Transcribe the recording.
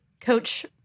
coach